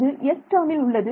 அது s டேர்மில் உள்ளது